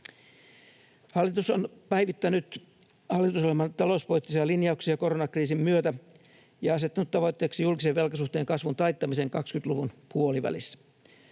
Hallitus on päivittänyt hallitusohjelman talouspoliittisia linjauksia koronakriisin myötä ja asettanut tavoitteeksi julkisen velkasuhteen kasvun taittamisen 20-luvun puolivälissä.